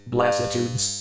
Blasitudes